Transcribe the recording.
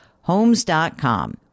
Homes.com